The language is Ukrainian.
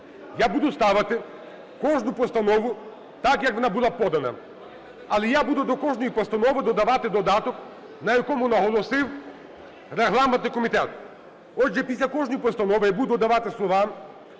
Я буду ставити кожну постанову так, як вона була подана, але я буду до кожної постанови додавати додаток, на якому наголосив регламентний комітет. Отже, після кожної постанови я буду давати слова